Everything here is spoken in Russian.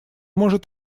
может